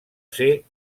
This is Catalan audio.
ser